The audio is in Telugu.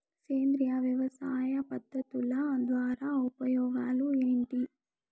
సేంద్రియ వ్యవసాయ పద్ధతుల ద్వారా ఉపయోగాలు ఏంటి?